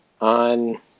on